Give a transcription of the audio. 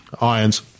Irons